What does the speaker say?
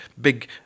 big